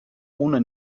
ohne